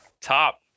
Top